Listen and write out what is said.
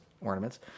ornaments